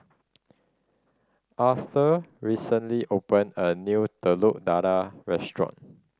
Aurthur recently opened a new Telur Dadah restaurant